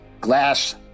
glass